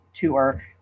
tour